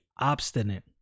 obstinate